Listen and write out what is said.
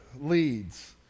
leads